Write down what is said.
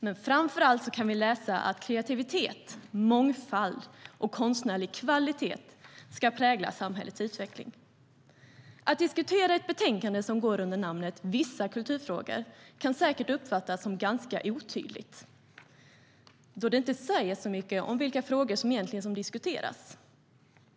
Men framför allt kan vi läsa att kreativitet, mångfald och konstnärlig kvalitet ska prägla samhällets utveckling. kan säkert uppfattas som ganska otydligt, då det inte säger så mycket om vilka frågor som egentligen diskuteras.